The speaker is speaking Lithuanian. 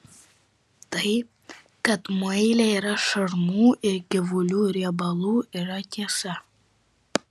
tai kad muile yra šarmų ir gyvulių riebalų yra tiesa